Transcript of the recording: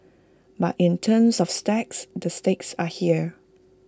but in terms of stakes the stakes are here